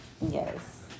Yes